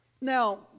Now